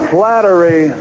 Flattery